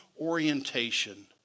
orientation